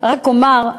רק אומר,